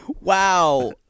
Wow